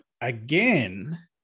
again